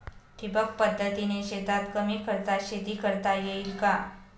ठिबक पद्धतीने शेतात कमी खर्चात शेती करता येईल का?